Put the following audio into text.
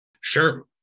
Sure